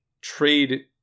trade